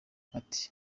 ati